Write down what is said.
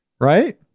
Right